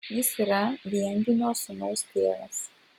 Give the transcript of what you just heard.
jis yra viengimio sūnaus tėvas